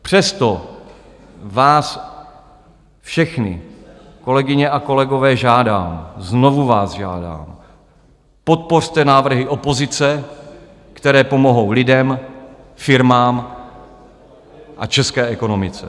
Přesto vás všechny, kolegyně a kolegové, žádám, znovu vás žádám, podpořte návrhy opozice, které pomohou lidem, firmám a české ekonomice.